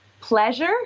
pleasure